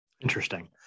Interesting